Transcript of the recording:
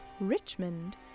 Richmond